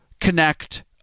connect